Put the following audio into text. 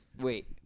Wait